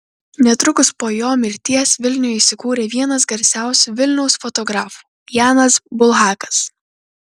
netrukus po jo mirties vilniuje įsikūrė vienas garsiausių vilniaus fotografų janas bulhakas